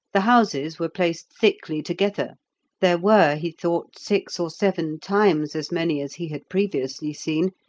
the houses were placed thickly together there were, he thought, six or seven times as many as he had previously seen,